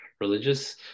religious